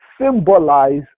symbolize